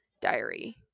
diary